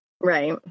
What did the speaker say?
Right